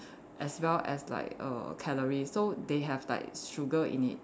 as well as like err calories so they have like sugar in it